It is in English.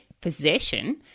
possession